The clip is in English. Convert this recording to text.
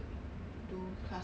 !wah! damn expensive